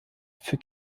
für